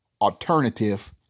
alternative